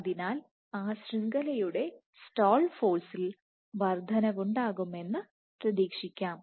അതിനാൽ ആ ശൃംഖലയുടെ സ്റ്റാൾ ഫോഴ്സിൽ വർദ്ധനയുണ്ടാകും എന്ന് പ്രതീക്ഷിക്കാം